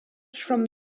from